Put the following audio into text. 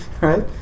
right